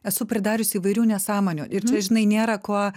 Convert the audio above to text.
esu pridarius įvairių nesąmonių ir čia žinai nėra ko